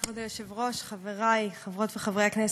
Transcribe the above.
כבוד היושב-ראש, תודה, חברי חברות וחברי הכנסת,